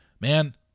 man